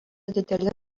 dideli